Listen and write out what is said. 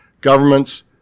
Governments